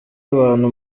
abantu